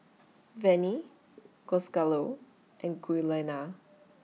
Vannie Gonzalo and Giuliana